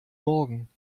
morgen